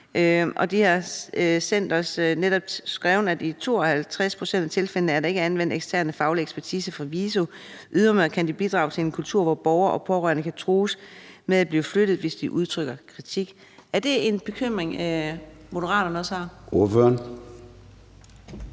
Og de har netop skrevet, at i 52 pct. af tilfældene er der ikke anvendt ekstern faglig ekspertise fra VISO, og det kan desuden bidrage til en kultur, hvor borgere og pårørende kan trues med flytning, hvis de udtrykker kritik. Er det en bekymring, Moderaterne også har? Kl.